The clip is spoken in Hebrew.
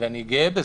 ואני גאה בזה,